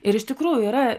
ir iš tikrųjų yra